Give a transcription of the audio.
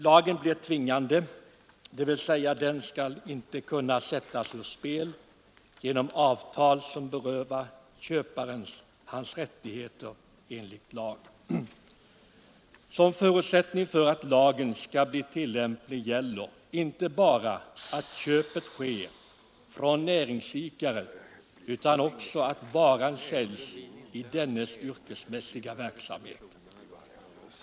Lagen blir tvingande, dvs. den skall inte kunna sättas ur spel genom avtal som berövar köparen hans rättigheter enligt lag. Som förutsättning för att lagen skall bli tillämplig gäller inte bara att köpet sker från näringsidkare utan också att varan säljs i dennes yrkesmässiga verksamhet.